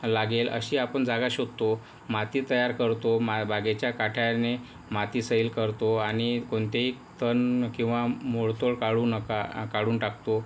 लागेल अशी आपण जागा शोधतो माती तयार करतो मा बागेच्या काठ्याने माती सैल करतो आणि कोणतेही तण किंवा मोडतोड काढू नका काढून टाकतो